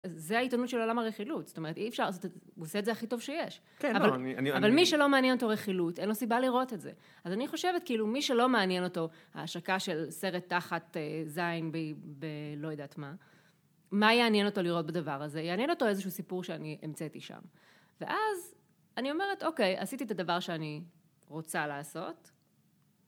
זו העיתונות של עולם הרכילות, זאת אומרת, אי אפשר, הוא עושה את זה הכי טוב שיש. אבל מי שלא מעניין אותו רכילות, אין לו סיבה לראות את זה. אז אני חושבת, כאילו, מי שלא מעניין אותו ההשקה של סרט תחת זין בלא יודעת מה, מה יעניין אותו לראות בדבר הזה? יעניין אותו איזשהו סיפור שאני המצאתי שם. ואז אני אומרת, אוקיי, עשיתי את הדבר שאני רוצה לעשות.